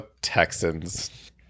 Texans